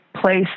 place